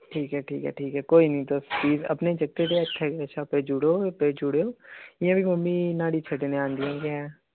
ठीक ऐ ठीक ऐ ठीक ऐ कोई निं तुस फीस अपने जागते दे हत्थें कशा भेजी ओड़ेओ भेजी ओड़ेओ इ'यां बी मम्मी न्हाड़ी सद्दने औंदी निं ऐ